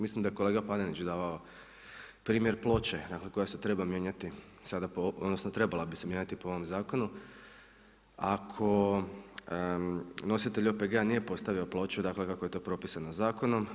Mislim da je kolega Panenić davao primjer ploče nakon koja se treba mijenjati sada po odnosno trebala bi se mijenjati po ovome zakonu ako nositelj OPG-a nije postavio ploču dakle kako je to propisano zakonom.